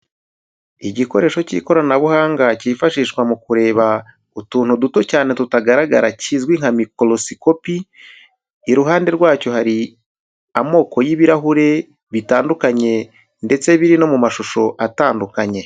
Igikoresho cy'ikoranabuhanga cyifashishwa mu kureba utuntu duto cyane tutagaragara kizwi nka microscop, iruhande rwacyo hari amoko y'ibirahure bitandukanye ndetse biri no mu mashusho atandukanye.